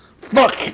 Fuck